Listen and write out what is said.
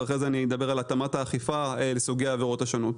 ואחרי זה אני אדבר על התאמת האכיפה לסוגי העבירות השונות.